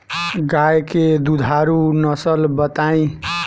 गाय के दुधारू नसल बताई?